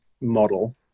model